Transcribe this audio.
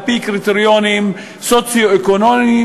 על-פי קריטריונים סוציו-אקונומיים,